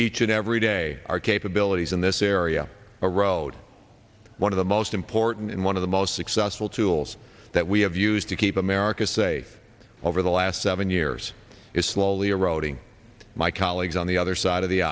each and every day our capabilities in this area are road one of the most important and one of the most successful tools that we have used to keep america say over the last seven years is slowly eroding my colleagues on the other side of the